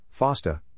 FOSTA